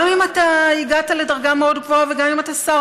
גם אם אתה הגעת לדרגה מאוד גבוהה וגם אם אתה שר